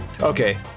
Okay